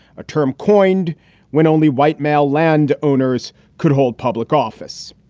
a term coined when only white male land owners could hold public office.